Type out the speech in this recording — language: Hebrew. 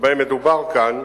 שבהם מדובר כאן,